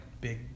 big